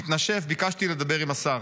מתנשף, ביקשתי לדבר עם השר.